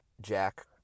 Jack